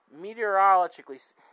meteorologically